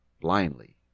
blindly